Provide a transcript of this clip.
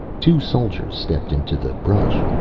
two soldiers stepped into the brush.